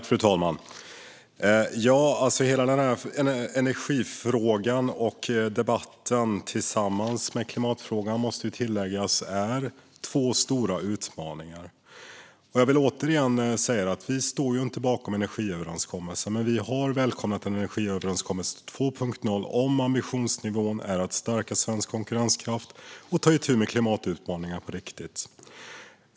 Fru talman! Energifrågan och klimatfrågan - det måste tilläggas - är två stora utmaningar. Jag vill återigen säga: Vi står inte bakom energiöverenskommelsen, men vi har välkomnat en energiöverenskommelse 2.0 om ambitionsnivån är att stärka svensk konkurrenskraft och ta itu med klimatutmaningen på riktigt.